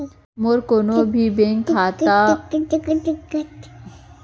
मोर कोनो भी बैंक खाता मा मोला डेबिट कारड मिलिस सकत हे का?